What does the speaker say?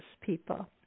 people